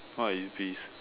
what is beef